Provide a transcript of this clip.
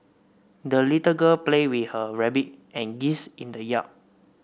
the little girl played with her rabbit and geese in the yard